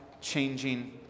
changing